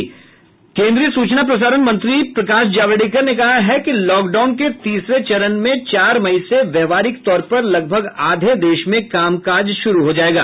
केन्द्रीय सूचना प्रसारण मंत्री प्रकाश जावड़ेकर ने कहा है कि लॉकडाउन के तीसरे चरण में चार मई से व्यावहारिक तौर पर लगभग आधे देश में काम काज शुरू हो जाएगा